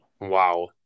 wow